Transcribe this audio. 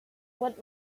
went